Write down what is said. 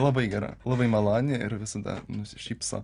labai gera labai maloni ir visada nusišypso